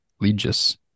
legis